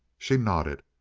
she nodded.